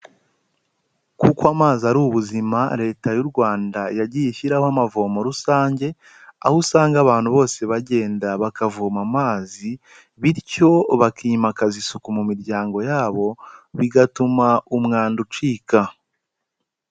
Kuko amazi ari ubuzima, leta y'u Rwanda yagiye ishyiraho amavomo rusange, aho usanga abantu bose bagenda bakavoma amazi bityo bakimakaza isuku mu miryango yabo, bigatuma umwanda ucika.